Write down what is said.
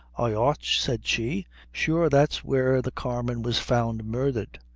i ought, said she sure that's where the carman was found murdhered.